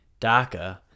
daca